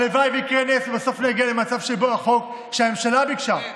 הלוואי שיקרה נס ובסוף נגיע למצב שבו החוק שהממשלה ביקשה,